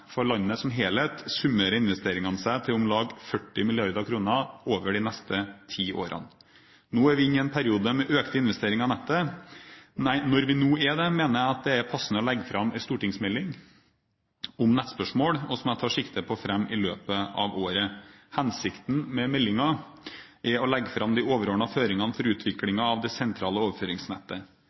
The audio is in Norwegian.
For landet som helhet summerer investeringene seg til om lag 40 mrd. kr de neste ti årene. Når vi nå er inne i en periode med økte investeringer i nettet, mener jeg at det er passende å legge fram en stortingsmelding om nettspørsmål, og som jeg tar sikte på å fremme i løpet av året. Hensikten med meldingen er å legge fram de overordnede føringene for utviklingen av det sentrale overføringsnettet.